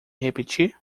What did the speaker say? repetir